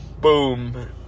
Boom